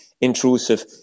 intrusive